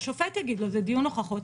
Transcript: השופט יגיד לו: זה דיון הוכחות,